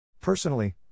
Personally